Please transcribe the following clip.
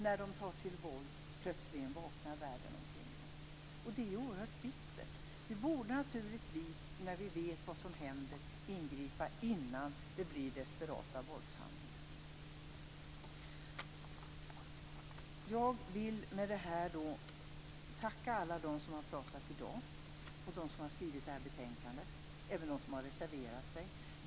När de tar till våld vaknar världen omkring dem plötsligen. Det är oerhört bittert. Vi borde naturligtvis, när vi vet vad som händer, ingripa innan det blir desperata våldshandlingar. Jag vill med detta tacka alla dem som har pratat i dag och dem som har skrivit detta betänkande. Jag tackar även dem som har reserverat sig.